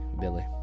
Billy